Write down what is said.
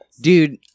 Dude